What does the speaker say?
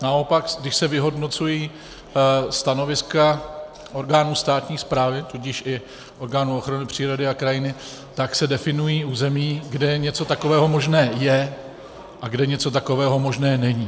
Naopak když se vyhodnocují stanoviska orgánů státní správy, tudíž i orgánů ochrany přírody a krajiny, tak se definují území, kde něco takového možné je a kde něco takového možné není.